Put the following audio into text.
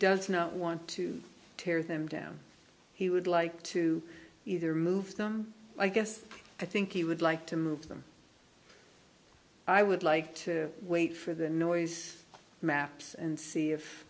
does not want to tear them down he would like to either move i guess i think he would like to move them i would like to wait for the noise maps and see if